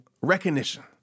recognition